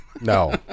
no